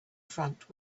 front